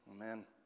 amen